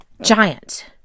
giant